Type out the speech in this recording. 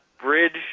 bridge